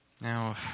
Now